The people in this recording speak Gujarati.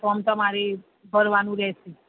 ફોર્મ તમારે ભરવાનું રહેશે